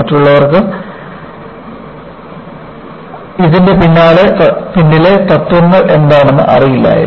മറ്റുള്ളവർക്ക് ഇതിന്റെ പിന്നിലെ തത്വങ്ങൾ എന്താണെന്ന് അറിയില്ലായിരുന്നു